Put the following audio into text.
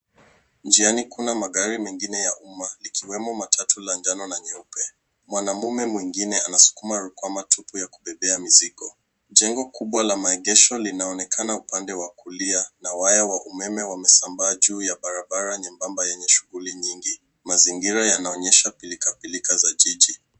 Njiani kuna magari mengine ya uma likiwemo matatu la njano na nyeupe. Mwanaume mwingine anasukuma rukwama tupu ya kubebea mizigo. Jengo kubwa la maegesho linaonekana upande wa kulia na waya wa umeme wamesambaa juu ya barabara nyembamba yenye shughuli nyingi. Mazingira yanaonyesha pilkapilka za jiji.